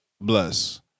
bless